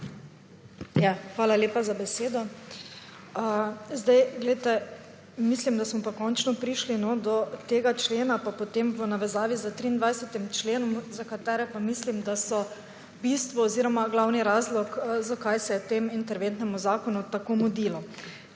Hvala lepa za besedo. Mislim, da smo končno prišli do tega člena in potem v navezavi s 23. členom, za katera mislim, da so bistvo oziroma glavni razlog, zakaj se je temu interventnemu zakonu tako mudilo.